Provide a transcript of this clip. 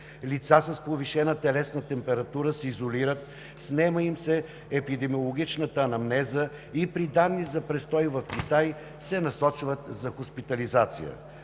Лица с повишена телесна температура се изолират, снема им се епидемиологичната анамнеза и при данни за престой в Китай се насочват за хоспитализация.